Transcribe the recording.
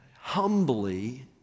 humbly